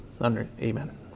Amen